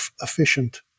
efficient